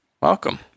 Welcome